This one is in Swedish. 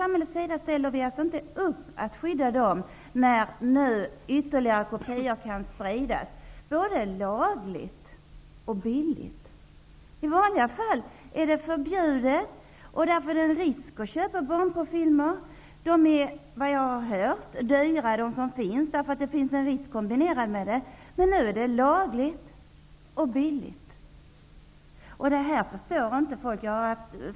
Samhället ställer inte upp med att skydda dem nu när ytterligare kopior kan spridas både lagligt och billigt. I vanliga fall är detta något som är förbjudet, och därför utgör det en risk att köpa barnporrfilmer. Vad jag har hört är de filmer som finns dyra, eftersom det finns en risk kombinerad med köpet. Nu är det lagligt och billigt! Folk förstår inte detta.